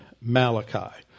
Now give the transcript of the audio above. Malachi